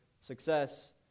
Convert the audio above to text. success